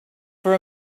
for